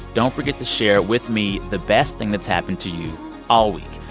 don't forget to share with me the best thing that's happened to you all week.